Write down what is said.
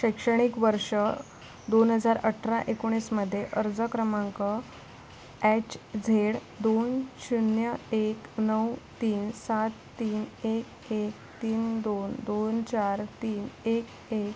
शैक्षणिक वर्ष दोन हजार अठरा एकोणीसमध्ये अर्ज क्रमांक एच झेड दोन शून्य एक नऊ तीन सात तीन एक एक तीन दोन दोन चार तीन एक एक